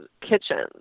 kitchens